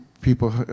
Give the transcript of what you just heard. people